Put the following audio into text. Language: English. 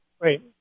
Right